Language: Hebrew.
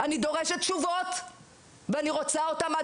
אני דורשת תשובות ואני רוצה אותן עד